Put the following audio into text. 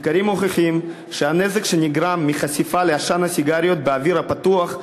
מחקרים מוכיחים שהנזק שנגרם מחשיפה לעשן הסיגריות באוויר הפתוח,